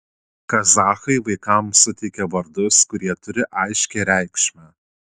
kazachai vaikams suteikia vardus kurie turi aiškią reikšmę